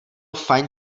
fajn